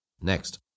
Next